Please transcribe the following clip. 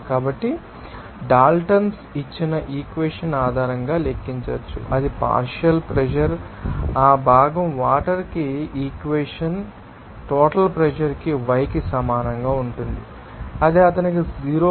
కాబట్టి డాల్టన్స్ ఇచ్చిన ఈక్వెషన్ ఆధారంగా లెక్కించవచ్చు అది పార్షియల్ ప్రెషర్ ఆ భాగం వాటర్ కి టోటల్ ప్రెషర్ కి y కి సమానంగా ఉంటుంది అది అతనికి 0